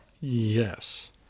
yes